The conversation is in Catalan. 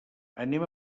anem